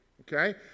okay